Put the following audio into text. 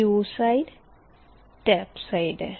Q side tape side है